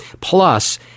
Plus